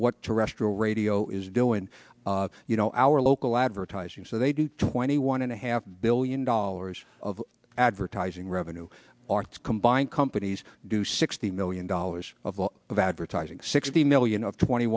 what terrestrial radio is doing you know our local advertising so they do twenty one and a half billion dollars of advertising revenue our combined companies do sixty million dollars of all of advertising sixty million of twenty